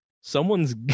someone's